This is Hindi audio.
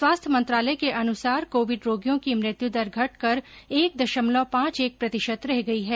स्वास्थ्य मंत्रालय के अनुसार कोविड रोगियों की मृत्यु दर घटकर एक दशमलव पांच एक प्रतिशत रह गई है